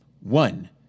one